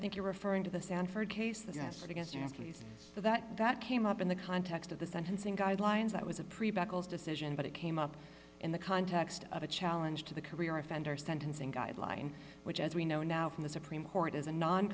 think you're referring to the sanford case the us against iraqis that that came up in the context of the sentencing guidelines that was a pretty buckles decision but it came up in the context of a challenge to the career offender sentencing guideline which as we know now from the supreme court is a non